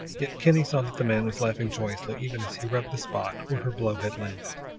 yet kinney saw that the man was laughing joyously even as he rubbed the spot where her blow had landed,